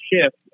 shift